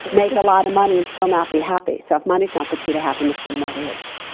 make a lot of money, and still not be happy. so if money's not the key to happiness then what is?